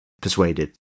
persuaded